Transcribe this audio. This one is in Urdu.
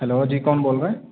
ہیلو جی کون بول رہے ہیں